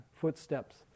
footsteps